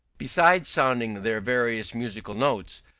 besides sounding their various musical notes,